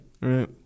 Right